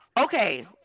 Okay